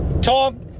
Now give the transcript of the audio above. Tom